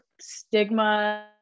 stigma